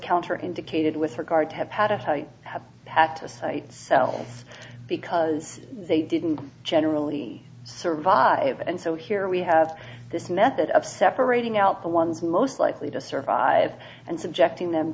counter indicated with regard to have had it how you have had to say so because they didn't generally survive and so here we have this method of separating out the ones most likely to survive and subjecting them